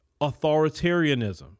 authoritarianism